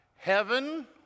Heaven